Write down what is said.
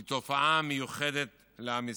היא תופעה מיוחדת לעם ישראל.